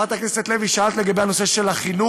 חברת הכנסת לוי, שאלת לגבי נושא החינוך.